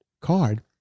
card